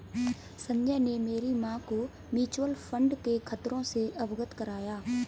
संजय ने मेरी मां को म्यूचुअल फंड के खतरों से अवगत कराया